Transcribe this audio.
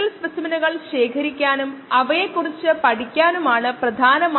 problem പരിഹാരത്തെക്കുറിച്ച് ആദ്യം ഞാൻ കുറച്ച് സംസാരിക്കാം